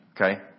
Okay